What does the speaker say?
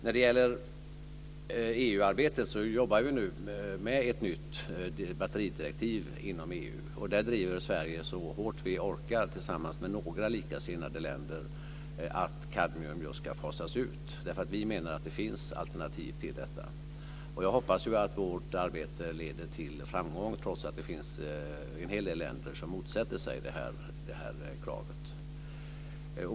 När det gäller EU-arbetet jobbar vi nu med ett nytt batteridirektiv inom EU. Där driver Sverige så hårt vi orkar tillsammans med några likasinnade länder att kadmium ska fasas ut. Vi menar nämligen att det finns alternativ till detta. Jag hoppas att vårt arbete leder till framgång, trots att det finns en hel del länder som motsätter sig detta krav.